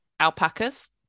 Alpacas